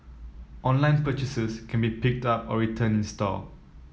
online purchases can be picked up or returned in store